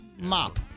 Mop